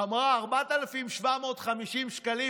אמרה: 4,750 שקלים.